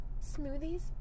Smoothies